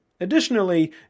Additionally